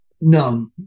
no